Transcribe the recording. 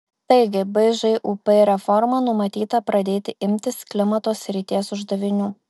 taigi bžūp reforma numatyta pradėti imtis klimato srities uždavinių